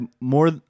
more